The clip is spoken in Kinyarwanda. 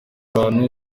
abantu